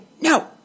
No